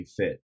fit